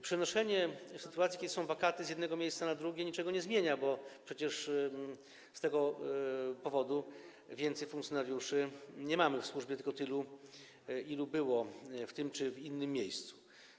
Przenoszenie, w sytuacji kiedy są wakaty, z jednego miejsca w drugie niczego nie zmienia, bo przecież z tego powodu nie mamy więcej funkcjonariuszy w służbie, tylko tylu, ilu było w tym czy w innym miejscu.